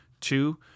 Two